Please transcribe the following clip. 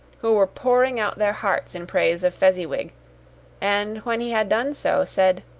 who were pouring out their hearts in praise of fezziwig and when he had done so, said,